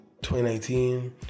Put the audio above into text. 2019